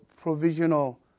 provisional